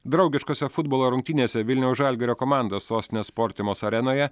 draugiškose futbolo rungtynėse vilniaus žalgirio komanda sostinės sportimos arenoje